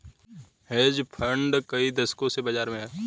hedge fund कई दशकों से बाज़ार में हैं